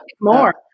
more